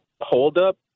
holdup